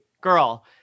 girl